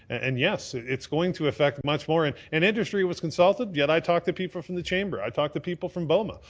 and yes, it's going to affect much more. and and industry was consulted, yet i talked to people from the chamber, i talk to people from bowma,